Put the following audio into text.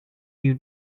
you